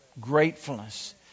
Gratefulness